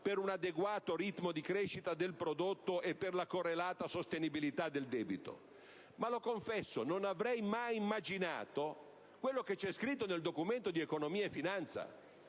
per un adeguato ritmo di crescita del prodotto e per la correlata sostenibilità del debito, ma, lo confesso, non avrei mai immaginato quello che c'è scritto nel Documento di economia e finanza,